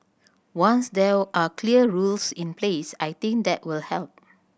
once there are clear rules in place I think that will help